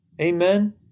Amen